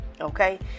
Okay